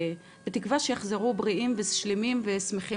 בתקווה שיחזרו בריאים ושלמים ושמחים